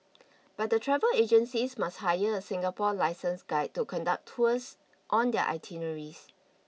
but the travel agencies must hire a Singapore licensed guide to conduct tours on their itineraries